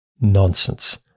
Nonsense